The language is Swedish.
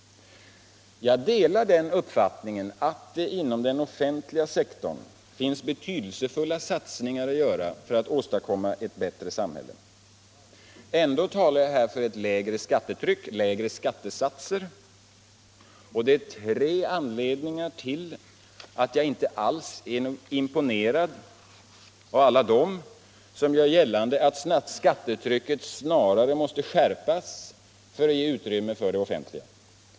Jag delar den uppfattningen att det inom den offentliga sektorn finns betydelsefulla satsningar att göra för att åstadkomma ett bättre samhälle. Ändå talar jag här för ett lägre skattetryck, för lägre skattesatser. Det finns tre anledningar till att jag inte alls är imponerad av alla dem som gör gällande att skattetrycket snarare måste skärpas för att ge utrymme för det offentliga.